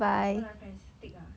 what do I press tick ah